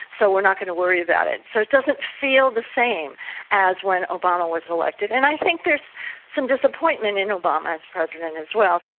so we're not going to worry about it. so it doesn't feel the same as when obama was elected. and i think there's some disappointment in obama as president as well.